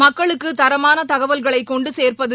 மக்களுக்கு தரமான தகவல்களை கொண்டு சேர்ப்பது